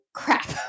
crap